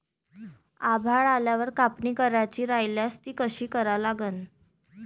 आभाळ आल्यावर कापनी करायची राह्यल्यास ती कशी करा लागन?